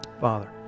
Father